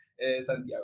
Santiago